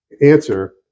answer